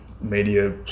media